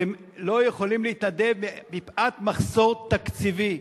והם לא יכולים להתנדב מפאת מחסור תקציבי.